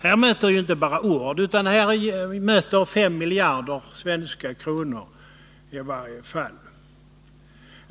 Här möter inte bara ord, utan här möter 5 miljarder svenska kronor.